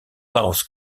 south